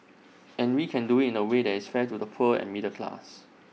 and we can do IT in A way that is fair to the poor and middle class